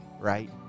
right